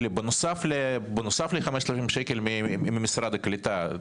בנוסף ל-5000 שקל ממשרד הקליטה,